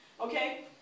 okay